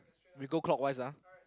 we go clock wise ah